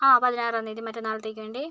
ആ പതിനാറാം തിയതി മറ്റന്നാളത്തേക്ക് വേണ്ടി